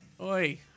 Oi